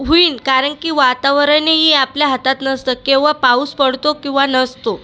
होईन कारण की वातावरणही आपल्या हातात नसतं केव्हा पाऊस पडतो किंवा नसतो